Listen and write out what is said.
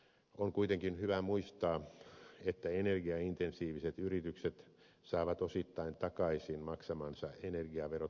on kuitenkin hyvä muistaa että energiaintensiiviset yritykset saavat maksamansa energiaverot osittain takaisin palautuksina